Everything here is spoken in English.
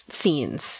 scenes